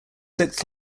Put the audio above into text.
sixth